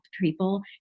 people